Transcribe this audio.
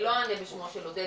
אני לא אענה בשמו של עודד,